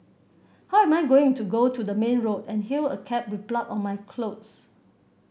how am I going to go to the main road and hail a cab with blood on my clothes